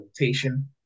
rotation